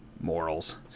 morals